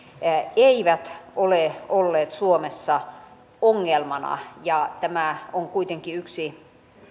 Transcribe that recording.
eivät ole olleet suomessa ongelmana ja tämä on kuitenkin yksi